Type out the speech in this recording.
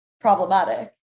problematic